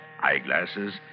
eyeglasses